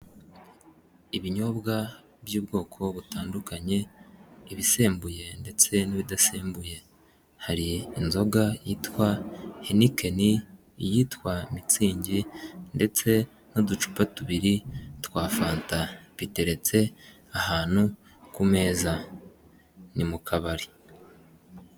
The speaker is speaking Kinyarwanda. Ibinyobwa by'ubwoko butandukanye, ibisembuye ndetse n'ibidasembuye, hari inzoga yitwa Henikeni iyitwa Mitsingi ndetse n'uducupa tubiri twa fanta biteretse ahantu ku meza ni mu kabari.